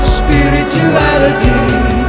spirituality